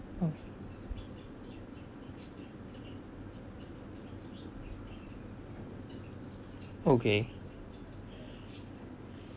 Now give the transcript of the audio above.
oh okay